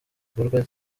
ikorwa